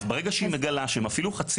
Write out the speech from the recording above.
אז ברגע שהיא מגלה שהם רחוקים אפילו בחצי